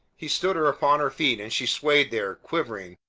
he stood her upon her feet and she swayed there, quivering,